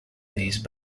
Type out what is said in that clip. these